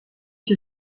que